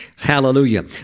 Hallelujah